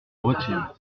retire